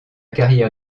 carrière